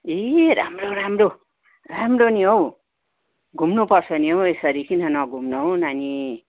ए राम्रो राम्रो राम्रो नि हो घुम्नु पर्छ नि हो यसरी किन नघुम्नु हो नानी